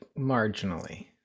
marginally